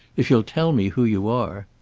if you'll tell me who you are